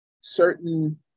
certain